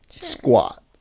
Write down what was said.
squat